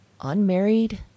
unmarried